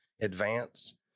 advance